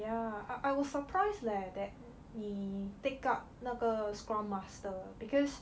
yeah I I was surprised leh that 你 take up 那个 scrum master because